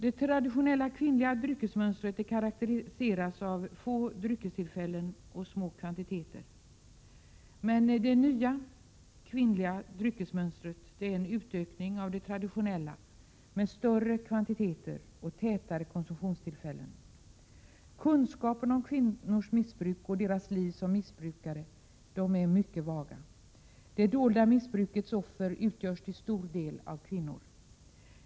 Det traditionella kvinnliga dryckesmönstret karakteriseras av få dryckestillfällen och små kvantiteter. Men det nya kvinnliga dryckesmönstret är en utökning av det traditionella, med större kvantiteter och tätare konsumtionstillfällen. Kunskaperna om kvinnors missbruk och deras liv som missbrukare är mycket vaga. Det dolda missbrukets offer utgörs till stor del av kvinnor.